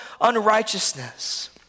unrighteousness